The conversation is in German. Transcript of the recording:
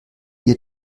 ihr